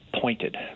pointed